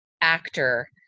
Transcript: actor